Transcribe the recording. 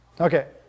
Okay